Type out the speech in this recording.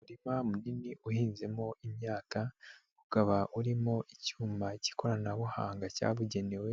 Umurima munini uhinzemo imyaka, ukaba urimo icyuma cy'ikoranabuhanga cyabugenewe,